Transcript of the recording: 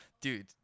Dude